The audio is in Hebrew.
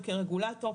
הוא כרגולטור,